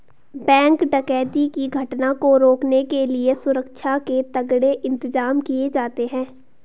bank डकैती की घटना को रोकने के लिए सुरक्षा के तगड़े इंतजाम किए जाते हैं